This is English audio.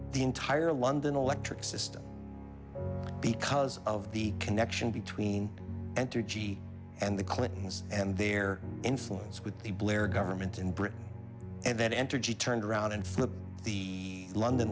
the entire london electric system because of the connection between entergy and the clintons and their influence with the blair government in britain and then entergy turned around and flipped the london